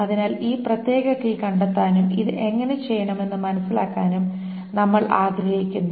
അതിനാൽ ഈ പ്രത്യേക കീ കണ്ടെത്താനും ഇത് എങ്ങനെ ചെയ്യണമെന്നു മനസ്സിലാക്കാനും നമ്മൾ ആഗ്രഹിക്കുന്നു